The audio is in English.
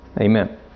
amen